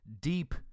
deep